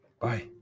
Bye